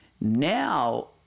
Now